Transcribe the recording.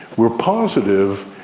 we are positive,